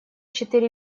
четыре